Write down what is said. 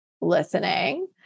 listening